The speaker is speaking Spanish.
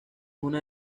una